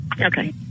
Okay